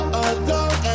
alone